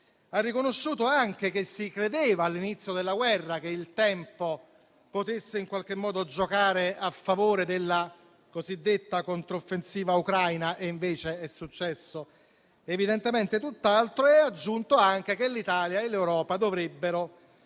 Ha riconosciuto anche che all'inizio della guerra si credeva che il tempo potesse in qualche modo giocare a favore della cosiddetta controffensiva ucraina e invece è successo evidentemente tutt'altro, aggiungendo anche che l'Italia e l'Europa dovrebbero